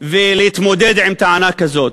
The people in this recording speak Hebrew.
ולהתמודד עם טענה כזאת,